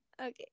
Okay